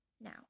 Now